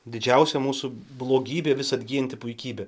didžiausia mūsų blogybė vis atgyjanti puikybė